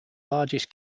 largest